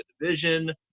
division